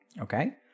Okay